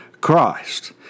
Christ